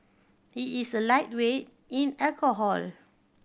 he is a lightweight in alcohol